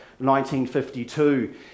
1952